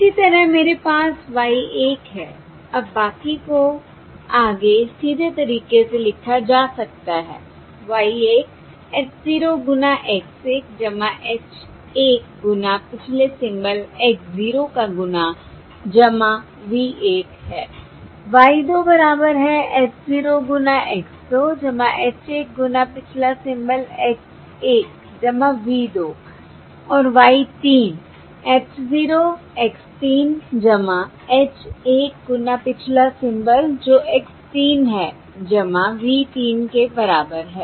और इसी तरह मेरे पास y 1 है अब बाकी को आगे सीधे तरीके से लिखा जा सकता है y 1 h 0 गुना x 1 h 1 गुना पिछले सैंपल x 0 का गुना v 1 है y 2 बराबर है h 0 गुना x 2 h 1 गुना पिछला सैंपल x 1 v 2 और y 3 h 0 x 3 h 1 गुना पिछला सैंपल जो x 3 है v 3 के बराबर है